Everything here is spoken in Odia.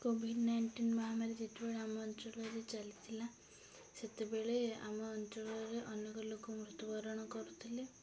କୋଭିଡ଼ ନାଇଣ୍ଟିନ୍ ମହାମାରୀ ଯେତେବେଳେ ଆମ ଅଞ୍ଚଳରେ ଚାଲିଥିଲା ସେତେବେଳେ ଆମ ଅଞ୍ଚଳରେ ଅନେକ ଲୋକ ମୃତ୍ୟୁବରଣ କରୁଥିଲେ